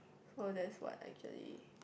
so that's what actually